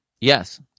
yes